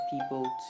people